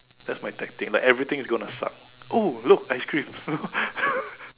that's my tactic like everything is gonna suck oh look ice cream you know